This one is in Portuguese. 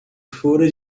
fora